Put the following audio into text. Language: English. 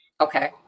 okay